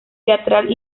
teatral